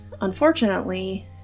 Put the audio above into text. unfortunately